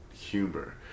humor